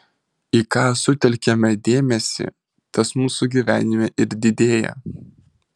į ką sutelkiame dėmesį tas mūsų gyvenime ir didėja